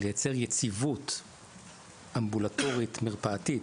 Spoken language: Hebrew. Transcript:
לייצר יציבות אמבולטורית מרפאתית,